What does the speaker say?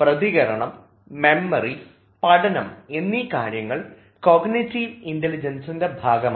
പ്രതികരണം മെമ്മറി പഠനം എന്നീ കാര്യങ്ങൾ കോഗ്നിറ്റീവ് ഇൻറലിജൻസിൻറെ ഭാഗമാണ്